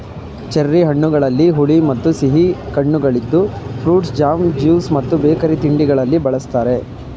cherry ಹಣ್ಣುಗಳಲ್ಲಿ ಹುಳಿ ಮತ್ತು ಸಿಹಿ ಕಣ್ಣುಗಳಿದ್ದು ಫ್ರೂಟ್ ಜಾಮ್, ಜ್ಯೂಸ್ ಮತ್ತು ಬೇಕರಿ ತಿಂಡಿಗಳಲ್ಲಿ ಬಳ್ಸತ್ತರೆ